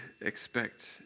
expect